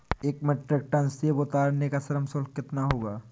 एक metric ton सेव उतारने का श्रम शुल्क कितना होगा?